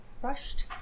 crushed